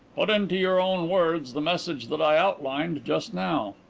put into your own words the message that i outlined just now.